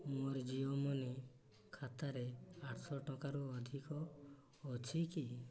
ମୋର ଜିଓ ମନି ଖାତାରେ ଆଠଶହ ଟଙ୍କାରୁ ଅଧିକ ଅଛି କି